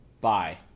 bye